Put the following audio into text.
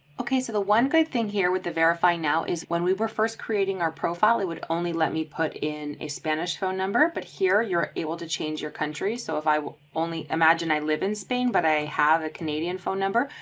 okay, so the one good thing here with the verify now is when we were first creating our profile, it would only let me put in a spanish phone number. but here you're able to change your country. so if i only imagine i live in spain, but i have a canadian phone number,